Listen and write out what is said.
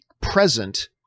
present